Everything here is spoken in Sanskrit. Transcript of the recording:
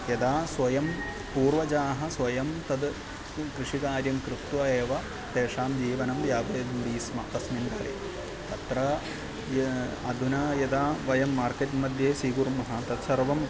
यदा स्वयं पूर्वजाः स्वयं तद् कृषिकार्यं कृत्वा एव तेषां जीवनं यापयन्ति स्म तस्मिन् काले तत्र य अधुना यदा वयं मार्केट्मध्ये स्वीकुर्मः तत्सर्वम्